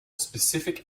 specific